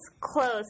close